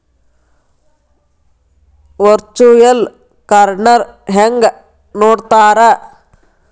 Virtual ಕಾರ್ಡ್ನ ಹೆಂಗ್ ನೋಡ್ತಾರಾ?